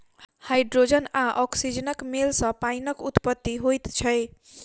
hydrogen आ औक्सीजनक मेल सॅ पाइनक उत्पत्ति होइत छै